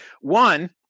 One